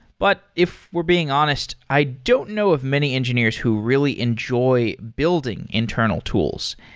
but if we're being honest, i don't know of many engineers who really enjoy building internal tools.